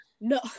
No